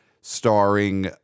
starring